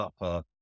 up